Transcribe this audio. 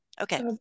Okay